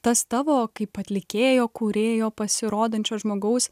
tas tavo kaip atlikėjo kūrėjo pasirodančio žmogaus